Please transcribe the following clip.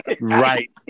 Right